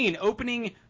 opening